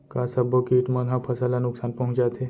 का सब्बो किट मन ह फसल ला नुकसान पहुंचाथे?